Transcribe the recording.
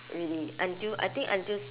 really until I think until